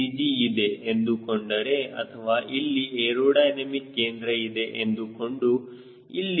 G ಇದೆ ಎಂದುಕೊಂಡರೆ ಅಥವಾ ಇಲ್ಲಿ ಏರೋಡೈನಮಿಕ್ ಕೇಂದ್ರ ಇದೆ ಎಂದುಕೊಂಡು ಇಲ್ಲಿ C